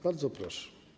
Bardzo proszę.